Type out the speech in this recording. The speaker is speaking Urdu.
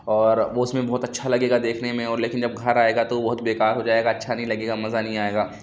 اور وہ اُس میں بہت اچھا لگے گا دیکھنے میں اور لیکن جب گھر آئے گا تو وہ بہت بیکار ہو جائے گا اچھا نہیں لگے گا مزا نہیں آئے گا